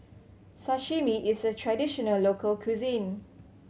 sashimi is a traditional local cuisine